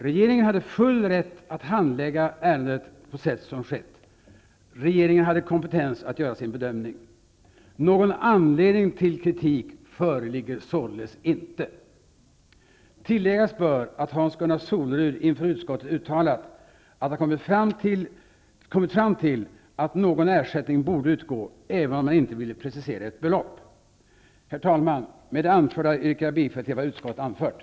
Regeringen hade full rätt att handlägga ärendet på sätt som skett. Regeringen hade kompetens att göra sin bedömning. Någon anledning till kritik föreligger således inte. Tilläggas bör att Hans-Gunnar Solerud inför utskottet uttalat att han kommit fram till, att någon ersättning borde utgå, även om han inte ville precisera ett belopp. Herr talman! Med det anförda yrkar jag på godkännande av utskottets anmälan.